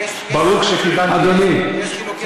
יש חילוקי דעות עם האוצר.